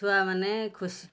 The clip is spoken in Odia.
ଛୁଆମାନେ ଖୁସି